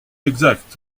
exact